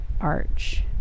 arch